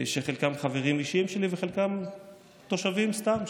שחלקם חברים אישיים שלי וחלקם תושבים סתם,